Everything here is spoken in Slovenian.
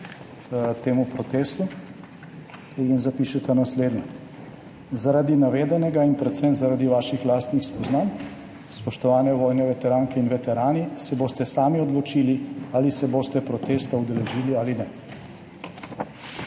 temu protestu in zapišeta naslednje: »Zaradi navedenega in predvsem zaradi vaših lastnih spoznanj, spoštovane vojne veteranke in veterani, se boste sami odločili, ali se boste protesta udeležili ali pa